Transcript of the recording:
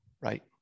Right